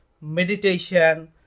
meditation